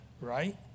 Right